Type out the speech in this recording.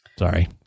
Sorry